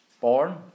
Born